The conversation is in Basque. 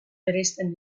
bereizten